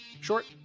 Short